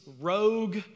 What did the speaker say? rogue